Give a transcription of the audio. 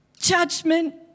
Judgment